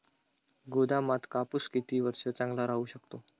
गोदामात कापूस किती वर्ष चांगला राहू शकतो?